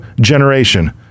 generation